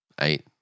Eight